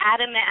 Adam